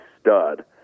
stud